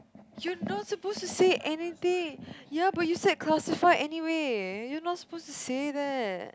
you're not supposed to say anything ya but you said classified anyway you're not supposed to say that